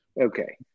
Okay